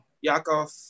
Yakov